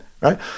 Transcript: right